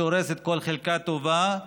שהורסת כל חלקה טובה,